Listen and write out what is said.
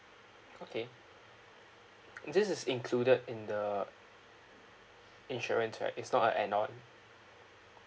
okay this is included in the insurance right it's not a add-on